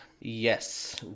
Yes